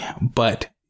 But-